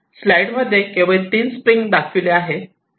slide मध्ये केवळ तीन स्प्रिंग दाखवल्या आहेत